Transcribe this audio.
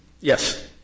Yes